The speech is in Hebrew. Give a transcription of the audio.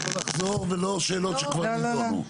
רק לא לחזור ולא שאלות שכבר נדונו.